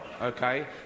okay